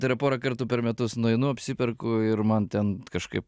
tai yra porą kartų per metus nueinu apsiperku ir man ten kažkaip